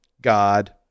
God